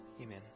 Amen